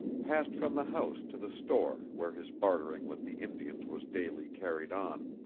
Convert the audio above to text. passed from the house to the store where his bartering with the indians was daily carried on